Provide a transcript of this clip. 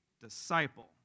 disciple